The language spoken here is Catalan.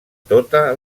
tota